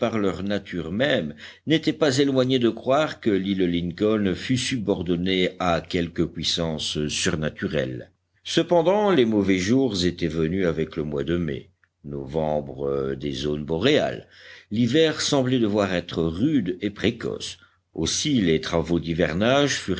même n'étaient pas éloignés de croire que l'île lincoln fût subordonnée à quelque puissance surnaturelle cependant les mauvais jours étaient venus avec le mois de mai novembre des zones boréales l'hiver semblait devoir être rude et précoce aussi les travaux d'hivernage